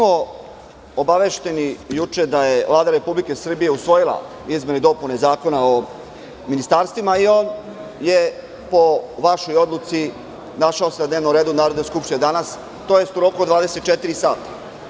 Obavešteni smo juče da je Vlada Republike Srbije usvojila izmene i dopune Zakona o ministarstvima i on se, po vašoj odluci, našao na dnevnom redu Narodne skupštine danas, tj. u roku od 24 sata.